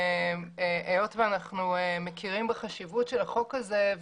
אנחנו מכירים בחשיבות של החוק הזה,